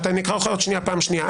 אני אקרא אותך עוד שנייה פעם שנייה.